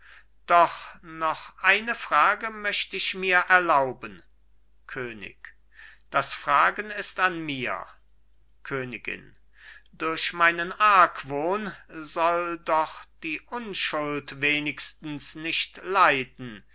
doch noch eine frage möcht ich mit erlauben könig das fragen ist an mir königin durch meinen argwohn soll doch die unschuld wenigstens nicht leiden